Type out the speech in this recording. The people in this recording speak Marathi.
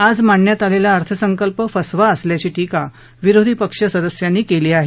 आज मांडण्यात आलेला अर्थसंकल्प फसवा असल्याची टिका विरोधी पक्ष सदस्यांनी केली आहे